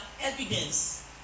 evidence